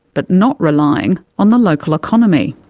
but not relying on the local economy.